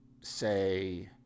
say